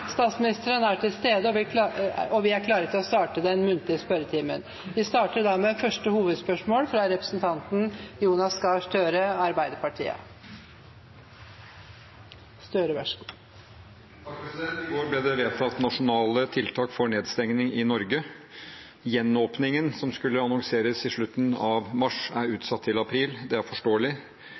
vi er klare til å starte den muntlige spørretimen. Vi starter med første hovedspørsmål, fra representanten Jonas Gahr Støre. I går ble det vedtatt nasjonale tiltak for nedstenging i Norge. Gjenåpningen, som skulle annonseres i slutten av mars, er utsatt til april, og det er forståelig.